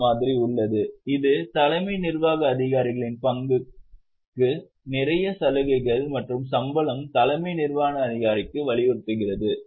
S மாதிரி உள்ளது இது தலைமை நிர்வாக அதிகாரிகளின் பங்குக்கு நிறைய சலுகைகள் மற்றும் சம்பளம் தலைமை நிர்வாக அதிகாரிக்கு வலியுறுத்துகிறது